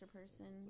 person